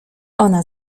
ona